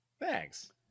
Thanks